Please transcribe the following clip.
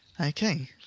Okay